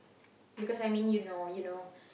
because I mean you know you know